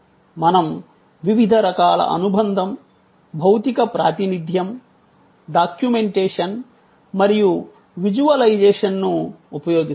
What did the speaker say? మనం వివిధ రకాల అనుబంధం భౌతిక ప్రాతినిధ్యం డాక్యుమెంటేషన్ మరియు విజువలైజేషన్ను ఉపయోగిస్తాము